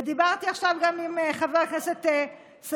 ודיברתי עכשיו גם עם חבר הכנסת סגלוביץ',